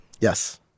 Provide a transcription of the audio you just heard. Yes